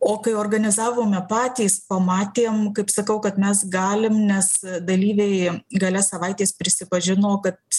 o kai organizavome patys pamatėm kaip sakau kad mes galim nes dalyviai gale savaitės prisipažino kad